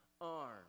arm